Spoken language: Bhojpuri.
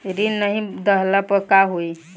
ऋण नही दहला पर का होइ?